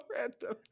Random